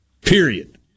Period